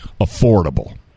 affordable